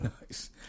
Nice